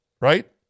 right